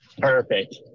Perfect